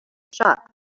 shop